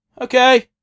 Okay